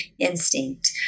instinct